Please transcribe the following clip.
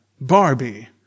Barbie